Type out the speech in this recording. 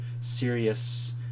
serious